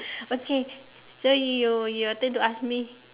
okay so you your turn to ask me